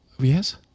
Yes